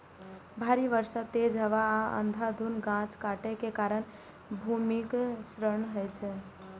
भारी बर्षा, तेज हवा आ अंधाधुंध गाछ काटै के कारण भूमिक क्षरण होइ छै